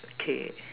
okay